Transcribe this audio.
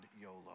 YOLO